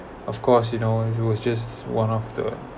of course you know it was just one of the